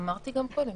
אמרתי גם קודם.